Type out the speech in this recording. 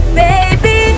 baby